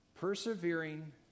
Persevering